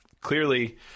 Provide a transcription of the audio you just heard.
clearly